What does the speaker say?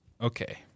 Okay